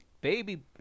baby